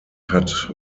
hat